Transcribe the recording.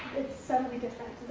it's subtly different.